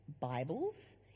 Bibles